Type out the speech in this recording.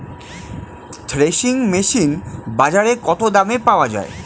Threshing machine বাজারে কত দামে পাওয়া যায়?